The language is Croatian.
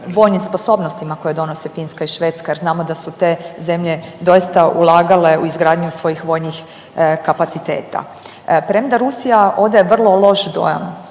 vojnim sposobnostima koje donose Finska i Švedska jer znamo da su te zemlje doista ulagale u izgradnju svojih vojnih kapaciteta. Premda Rusija odaje vrlo loš dojam